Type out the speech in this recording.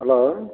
hello